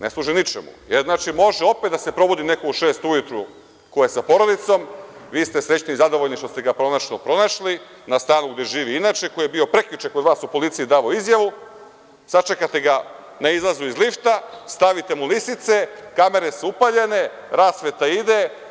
Ne služi ničemu, jer znači da može da se probudi neko u šest ujutru ko je sa porodicom, vi ste srećni i zadovoljni što ste ga konačno pronašli na stanu gde živi inače, ko je prekjuče bio kod vas, davao izjavu, sačekate ga na izlazu iz lifta, stavite mu lisice, kamere su upaljene, rasveta ide.